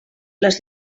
les